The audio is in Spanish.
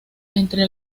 entre